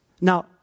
Now